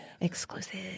Exclusive